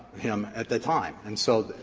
him at the time. and so,